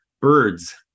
birds